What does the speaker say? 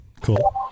cool